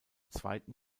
zweiten